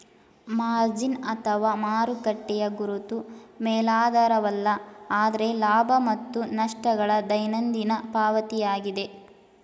margin ಅಥವಾ ಮಾರುಕಟ್ಟೆಯ ಗುರುತು ಮೇಲಾಧಾರವಲ್ಲ ಆದ್ರೆ ಲಾಭ ಮತ್ತು ನಷ್ಟ ಗಳ ದೈನಂದಿನ ಪಾವತಿಯಾಗಿದೆ